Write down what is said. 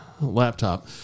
laptop